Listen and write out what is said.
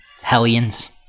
Hellions